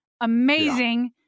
Amazing